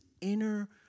inner